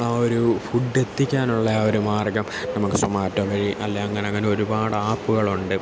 ആ ഒരു ഫുഡ് എത്തിക്കാനുള്ള ആ ഒരു മാർഗം നമുക്ക് സൊമാറ്റോ വഴി അല്ലെങ്കിൽ അങ്ങനെ അങ്ങനെ ഒരുപാട് ആപ്പുകളുണ്ട്